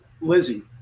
Lizzie